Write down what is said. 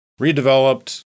redeveloped